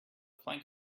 plank